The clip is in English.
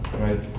right